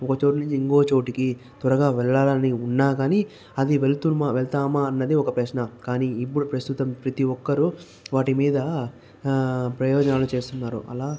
ఒక చోటు నుండి ఇంకో చోటుకి త్వరగా వెళ్ళాలని ఉన్నాకానీ అది వెళ్తున్న వెళ్తామా అన్నది ఒక ప్రశ్న కానీ ఇప్పుడు ప్రస్తుతం ప్రతి ఒక్కరు వాటి మీద ప్రయోజనాలు చేస్తున్నారు అలా